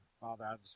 Father